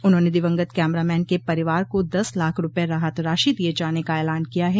उन्होंने दिवंगत कैमरामैन के परिवार को दस लाख रूपये राहत राशि दिये जाने का ऐलान किया है